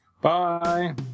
Bye